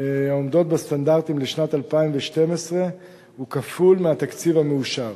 העומדות בסטנדרטים לשנת 2012 כפול מהתקציב המאושר.